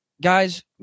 guys